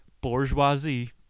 bourgeoisie